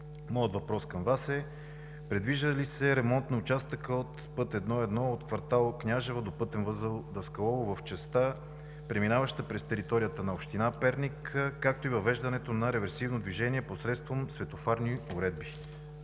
Моят въпрос към Вас е: предвижда ли се ремонт на участъка от път I-1 от кв. „Княжево“ до пътен възел Даскалово в частта, преминаваща през територията на община Перник, както и въвеждането на реверсивно движение посредством светофарни уредби?